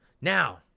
Now